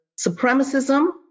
supremacism